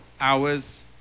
hours